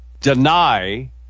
deny